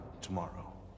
tomorrow